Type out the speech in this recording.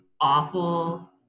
awful